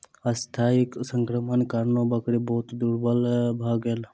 अस्थायी संक्रमणक कारणेँ बकरी बहुत दुर्बल भ गेल